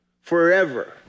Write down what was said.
forever